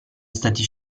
stati